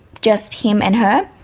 just him and her.